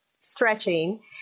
stretching